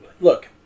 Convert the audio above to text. look